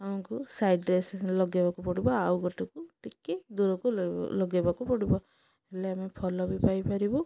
ଆମକୁ ସାଇଡରେ ଲଗେଇବାକୁ ପଡ଼ିବ ଆଉ ଗୋଟେକୁ ଟିକେ ଦୂରକୁ ଲଗେଇବାକୁ ପଡ଼ିବ ହେଲେ ଆମେ ଭଲ ବି ପାଇପାରିବୁ